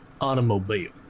Automobile